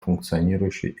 функционирующей